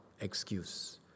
excuse